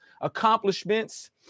accomplishments